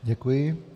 Děkuji.